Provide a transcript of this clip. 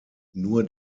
nur